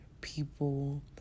people